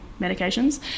medications